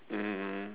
um